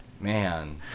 Man